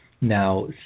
now